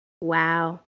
Wow